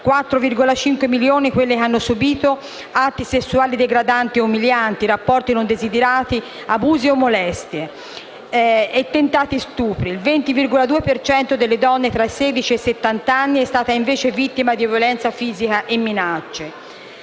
4,5 milioni quelle che hanno subito atti sessuali degradanti o umilianti, rapporti non desiderati, abusi o molestie, tentati stupri. Il 20,2 per cento delle donne tra i sedici e i settant'anni è stata invece vittima di violenza fisica e minacce.